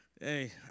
Hey